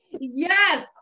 Yes